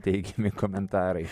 teigiami komentarai